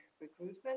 recruitment